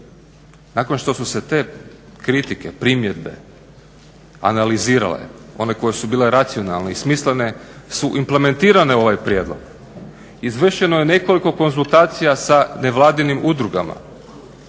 Nakon što su se te kritike, primjedbe analizirale, one koje su bile racionalne i smislene su implementirane u ovaj prijedlog. Izvršeno je nekoliko konzultacija sa nevladinim udrugama